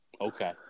Okay